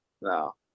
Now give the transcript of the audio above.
No